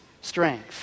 strength